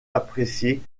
appréciés